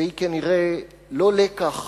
והיא כנראה לא לקח